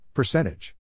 Percentage